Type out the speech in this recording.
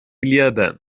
اليابان